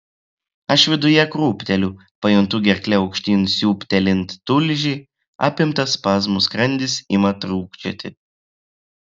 aš viduje krūpteliu pajuntu gerkle aukštyn siūbtelint tulžį apimtas spazmų skrandis ima trūkčioti